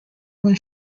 when